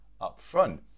upfront